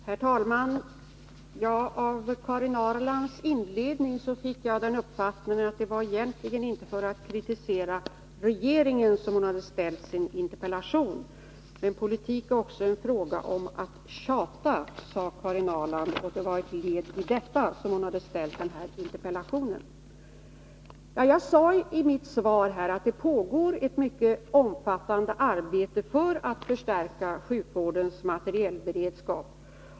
Herr talman! Av Karin Ahrlands inledning fick jag uppfattningen att det egentligen inte var för att kritisera regeringen som hon hade ställt sin interpellation. Politik är också en fråga om att tjata, sade Karin Ahrland, och det var därför som hon hade ställt interpellationen. Jag sade i mitt svar att det pågår ett mycket omfattande arbete för att förstärka sjukvårdens materielberedskap.